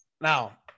now